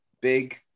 big